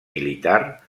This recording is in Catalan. militar